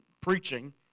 preaching